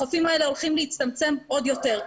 החופים האלה הולכים להצטמצם עוד יותר.